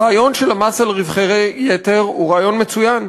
הרעיון של המס על רווחי יתר הוא רעיון מצוין,